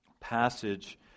passage